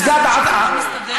מסגד עזוב,